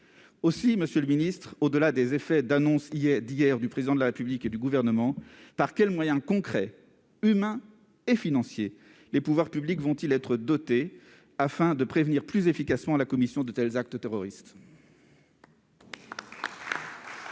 Aussi, monsieur le ministre, au-delà des effets d'annonce d'hier du Président de la République et du Gouvernement, de quels moyens concrets, humains et financiers, les pouvoirs publics seront-ils dotés afin de prévenir plus efficacement la commission de tels actes terroristes ? La parole est